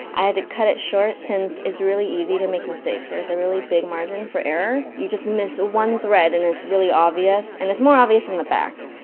i had to cut it short since it's really easy to make mistakes. there's a really big margin for error, you just miss one thread, and it's really and it's more obvious in the back.